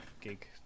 gig